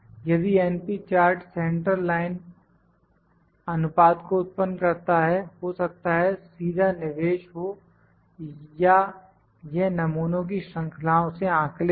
यदि np chart central line अनुपात को उत्पन्न करता है हो सकता है सीधा निवेश हो या यह नमूनों की श्रृंखलाओ से आंकलित हो